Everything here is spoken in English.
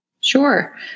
sure